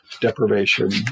deprivation